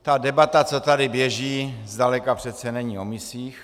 Ta debata, co tady běží, zdaleka přece není o misích.